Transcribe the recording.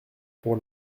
pour